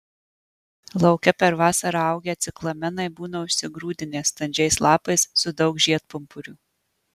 lauke per vasarą augę ciklamenai būna užsigrūdinę standžiais lapais su daug žiedpumpurių